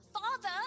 Father